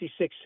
1966